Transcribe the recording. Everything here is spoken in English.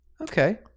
Okay